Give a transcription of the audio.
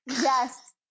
Yes